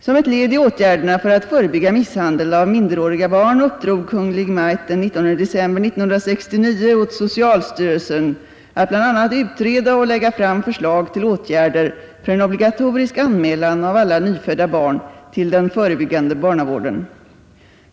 Som ett led i åtgärderna för att förebygga misshandel av minderåriga barn uppdrog Kungl. Maj:t den 19 december 1969 åt socialstyrelsen att bl.a. utreda och lägga fram förslag till åtgärder för en obligatorisk anmälan av alla nyfödda barn till den förebyggande barnavården.